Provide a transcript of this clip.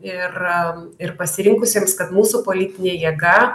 ir ir pasirinkusiems kad mūsų politinė jėga